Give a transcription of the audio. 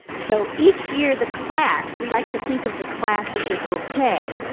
so, each year the class, we like to think of the class as a bouquet,